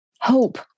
hope